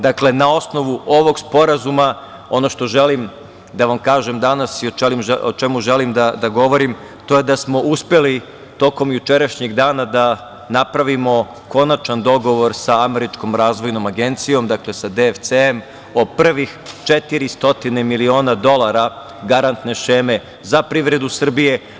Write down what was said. Dakle, na osnovu ovog sporazuma, ono što želim da vam kažem danas i o čemu želim da govorim, to je da smo uspeli tokom jučerašnjeg dana da napravimo konačni dogovor sa Američkom razvojnom agencijom, dakle sa DFC, o prvih 400 miliona dolara garantne šeme za privredu Srbije.